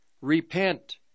repent